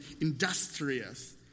industrious